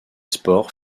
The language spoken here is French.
sports